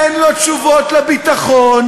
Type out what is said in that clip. אין לו תשובות לביטחון,